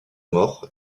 mort